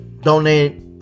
donate